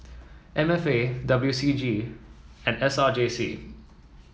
M F A W C G and S R J C